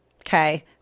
okay